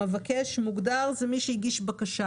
המבקש מוגדר כמי שהגיש בקשה.